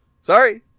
Sorry